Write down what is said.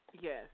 Yes